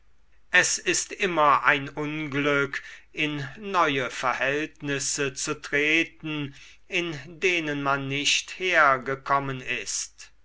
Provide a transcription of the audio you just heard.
es ist immer ein unglück in neue verhältnisse zu treten in denen man nicht hergekommen ist